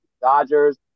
Dodgers